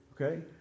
okay